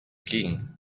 king